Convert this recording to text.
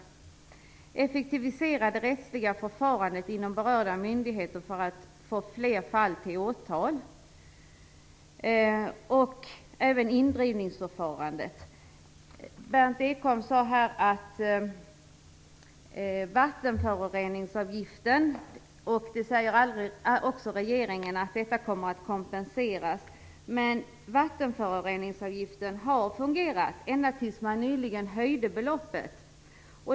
Vidare gäller det att effektivisera det rättsliga förfarandet inom berörda myndigheter för att få fram fler fall till åtal. Även indrivningsförfarandet inbegrips här. Berndt Ekholm, liksom regeringen, säger att det när det gäller vattenföroreningsavgiften kommer att bli en kompensation. Vattenföroreningsavgiften har dock fungerat. Det gjorde den ända tills man nyligen höjde beloppet.